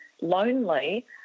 lonely